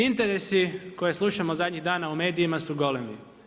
Interesi koje slušamo u zadnjih dana u medijima su golemi.